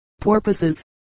Porpoises